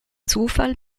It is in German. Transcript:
zufall